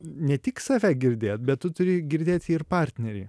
ne tik save girdėt bet tu turi girdėti ir partnerį